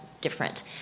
different